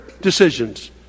decisions